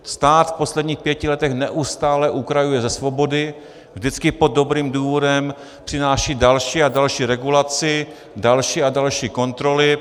Stát v posledních pěti letech neustále ukrajuje ze svobody, vždycky pod dobrým důvodem přináší další a další regulace, další a další kontroly.